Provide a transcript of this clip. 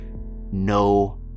No